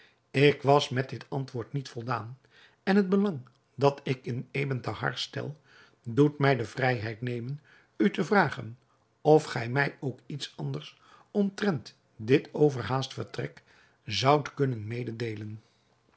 ik was met dit antwoord niet voldaan en het belang dat ik in ebn thahar stel doet mij de vrijheid nemen u te vragen of gij mij ook iets anders omtrent dit overhaast vertrek zoudt kunnen mededeelen